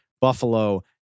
Buffalo